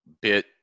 bit